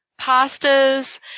pastas